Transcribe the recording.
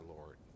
Lord